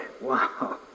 Wow